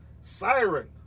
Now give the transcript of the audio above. Siren